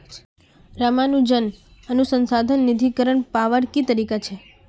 रामानुजन अनुसंधान निधीकरण पावार की तरीका छे